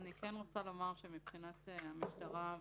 אני רוצה לומר שמבחינת המשטרה,